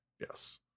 Yes